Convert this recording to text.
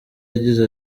yagize